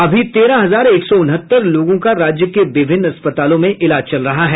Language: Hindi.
अभी तेरह हजार एक सौ उनहत्तर लोगों का राज्य के विभिन्न अस्पतालों में इलाज चल रहा है